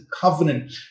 covenant